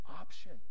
option